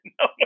No